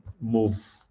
move